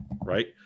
Right